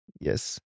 Yes